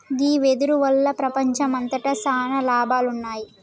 గీ వెదురు వల్ల ప్రపంచంమంతట సాన లాభాలున్నాయి